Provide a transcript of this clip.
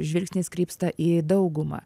žvilgsnis krypsta į daugumą